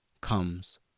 comes